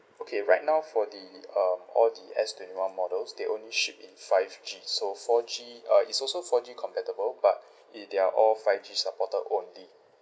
okay right now for the um all the S twenty one models they only shipped in five G so four G uh it's also four G compatible but it they're all five G supported only